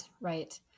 Right